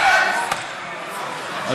הממשלה תומכת או מתנגדת?